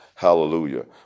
Hallelujah